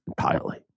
entirely